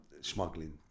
smuggling